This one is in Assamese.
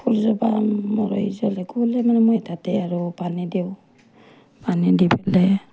ফুলজোপা মৰহি যালে গ'লে মানে মই তাতে আৰু পানী দিওঁ পানী দিবলৈ